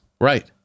Right